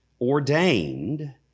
ordained